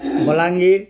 Balangir